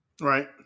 Right